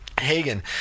hagen